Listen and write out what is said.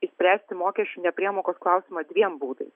išspręsti mokesčių nepriemokos klausimą dviem būdais